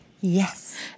Yes